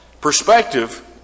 Perspective